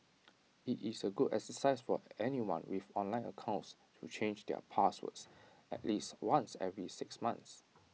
IT is A good exercise for anyone with online accounts to change their passwords at least once every six months